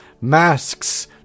masks